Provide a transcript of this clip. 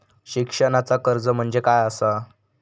शिक्षणाचा कर्ज म्हणजे काय असा?